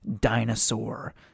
dinosaur